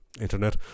internet